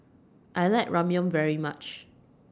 I like Ramyeon very much